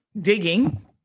digging